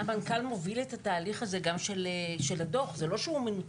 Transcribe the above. המנכ"ל מוביל גם את התהליך של הדו"ח; זה לא שהוא מנותק.